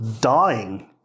dying